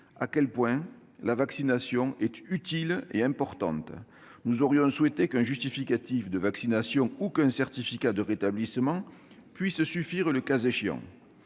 combien la vaccination est utile et importante. Nous aurions souhaité qu'un justificatif de vaccination ou qu'un certificat de rétablissement, le cas échéant,